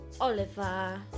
Oliver